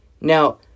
Now